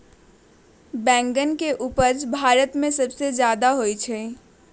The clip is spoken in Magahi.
बैंगन के उपज भारत में सबसे ज्यादा होबा हई